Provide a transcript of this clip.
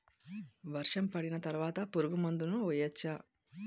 వర్షం పడిన తర్వాత పురుగు మందులను వేయచ్చా?